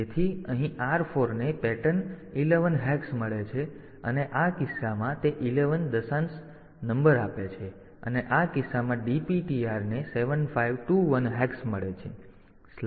તેથી અહીં R 4 ને પેટર્ન 11 હેક્સ મળે છે અને આ કિસ્સામાં તે 11 દશાંશ નંબર આપે છે અને આ કિસ્સામાં DPTR ને 7521 હેક્સ મળે છે